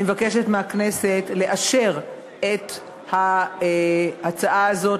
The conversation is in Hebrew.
אני מבקשת מהכנסת לאשר את ההצעה הזאת,